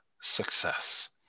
success